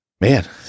man